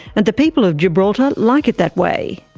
and the people of gibraltar like it that way.